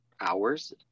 hours